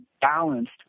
balanced